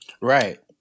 Right